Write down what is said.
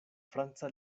franca